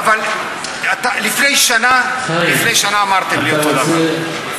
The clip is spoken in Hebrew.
אבל לפני שנה אמרתם לי אותו דבר.